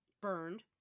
burned